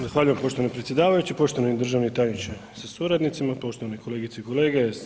Zahvaljujem poštovani predsjedavajući, poštovani državni tajniče sa suradnicima, poštovane kolegice i kolege.